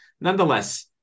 Nonetheless